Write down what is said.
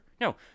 No